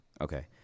Okay